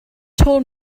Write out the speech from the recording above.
told